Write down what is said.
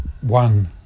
one